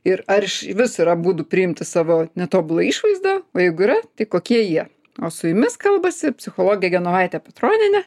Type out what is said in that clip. ir ar išvis yra būdų priimti savo netobulą išvaizdą o jeigu yra tai kokie jie o su jumis kalbasi psichologė genovaitė petronienė